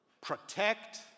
protect